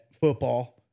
football